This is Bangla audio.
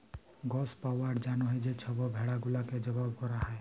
গস পাউয়ার জ্যনহে যে ছব ভেড়া গুলাকে জবাই ক্যরা হ্যয়